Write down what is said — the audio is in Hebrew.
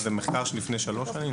זה מחקר לפני שלוש שנים,